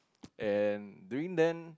and during then